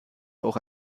auch